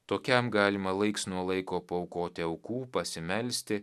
tokiam galima laiks nuo laiko paaukoti aukų pasimelsti